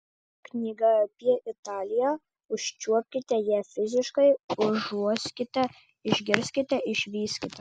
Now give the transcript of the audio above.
knyga apie italiją užčiuopkite ją fiziškai užuoskite išgirskite išvyskite